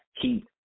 keep